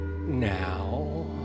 now